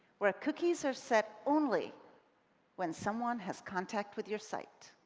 where cookies are set only when someone has contact with your site.